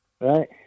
right